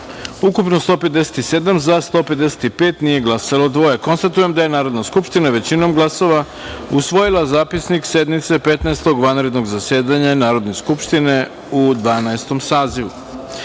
ukupno – 157, za – 155, nije glasalo dvoje. Konstatujem da je Narodna skupština većinom glasova usvojila Zapisnik sednice Petnaestog vanrednog zasedanja Narodne skupštine u Dvanaestom